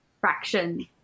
fraction